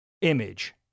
image